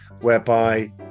whereby